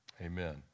Amen